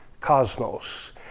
cosmos